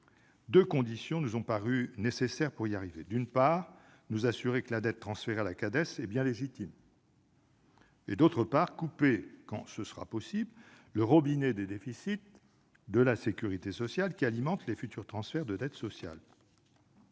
deux conditions nous ont paru nécessaires : d'une part, s'assurer que la dette transférée à la Cades est bien légitime ; d'autre part, couper, quand ce sera possible, le robinet des déficits de la sécurité sociale, qui alimente les futurs transferts de dette sociale.